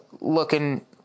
looking